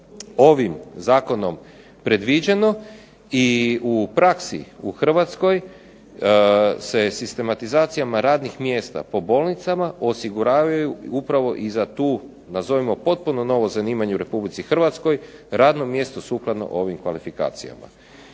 ovim zakonom predviđeno i u praksi u Hrvatskoj se sistematizacijama radnih mjesta po bolnicama osiguravaju upravo i za to nazovimo potpuno novo zanimanje u Republici Hrvatskoj, radno mjesto sukladno ovim kvalifikacijama.